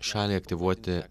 šaliai aktyvuoti